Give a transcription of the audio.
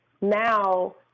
now